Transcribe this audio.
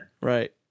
Right